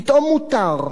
פתאום מותר,